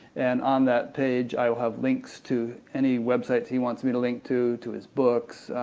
and on that page i'll have links to any websites he wants me to link to, to his books,